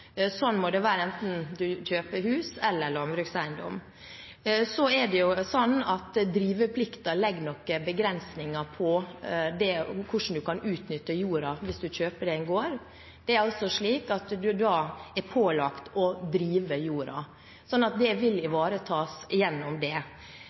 Sånn må det være, enten man kjøper hus eller landbrukseiendom. Så legger driveplikten noen begrensninger for hvordan man kan utnytte jorda hvis man kjøper en gård. Man er da pålagt å drive jorda, så det vil ivaretas gjennom det.